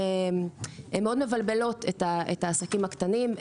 מאוד מבלבלות את העסקים הקטנים.